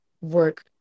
work